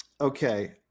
Okay